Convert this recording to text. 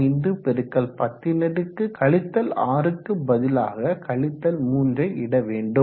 725×10 6ல் 6க்கு பதிலாக 3யை இட வேண்டும்